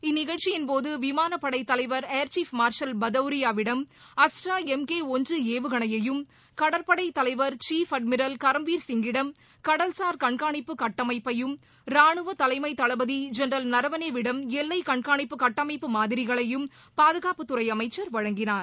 இந்நிகழ்ச்சியின்போது விமானப்படை தலைவர் air chief marshal பதவரியாவிடம் அஸ்தரா எம் கே ஒன்று ஏவுகணையையும் கடற்படை தலைவர் சீப் அட்மிரல் கரம்வீர் சிங்கிடம் கடல்சார் கண்காணிப்பு கட்டமைப்பையும் ரானுவத்தலைமை தளபதி ஜெனரல் நரவனே விடம் எல்லை கண்காணிப்பு கட்டமைப்பு மாதிரிகளையும் பாதுகாப்புத்துறை அமைச்சர் வழங்கினார்